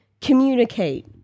communicate